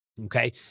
Okay